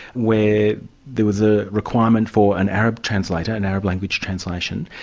where there was a requirement for an arab translator, an arab language translation,